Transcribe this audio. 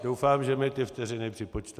Doufám, že mi ty vteřiny připočtete.